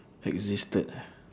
existed ah